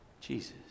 Jesus